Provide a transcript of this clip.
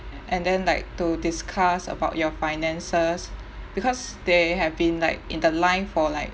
and then like to discuss about your finances because they have been like in the line for like